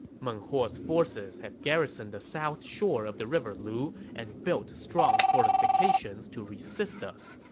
meng huo's forces have garrisoned the south shore of the river lu and built strong fortifications to resist us.